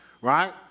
Right